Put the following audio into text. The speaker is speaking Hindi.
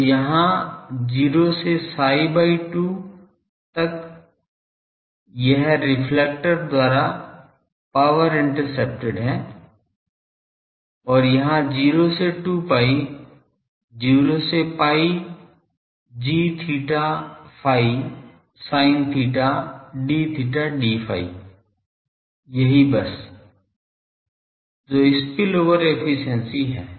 तो यहाँ 0 से psi by 2 तक यह रिफ्लेक्टर द्वारा पावर इंटर्सेप्टेड है और यहाँ 0 से 2 pi 0 से pi g theta phi sin theta d theta d phi यही बस जो स्पिल ओवर एफिशिएंसी है